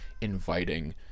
inviting